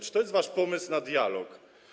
Czy to jest wasz pomysł na dialog?